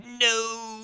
no